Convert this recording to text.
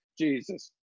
Jesus